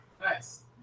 Nice